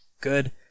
good